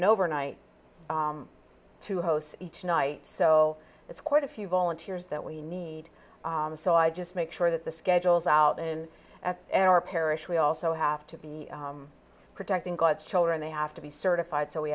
an overnight to host each night so it's quite a few volunteers that we need so i just make sure that the schedules out in our parish we also have to be protecting god's children they have to be certified so we